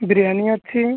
ବିରିୟାନୀ ଅଛି